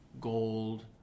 gold